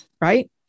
Right